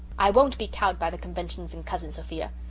i won't be cowed by the conventions and cousin sophia!